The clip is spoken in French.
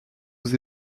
nous